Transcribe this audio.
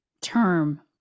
term